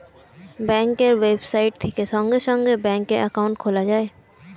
ব্যাঙ্কের ওয়েবসাইট থেকে সঙ্গে সঙ্গে ব্যাঙ্কে অ্যাকাউন্ট খোলা যায়